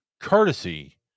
courtesy